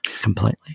completely